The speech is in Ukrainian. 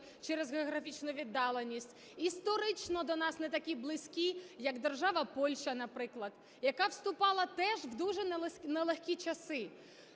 через географічну віддаленість, історично до нас не такі близькі як держава Польща, наприклад, яка вступала теж в дуже нелегкі часи.